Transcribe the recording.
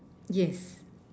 yes